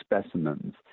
specimens